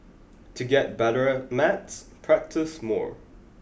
to get better at maths practise more